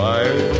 Fire